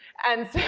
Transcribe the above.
and so,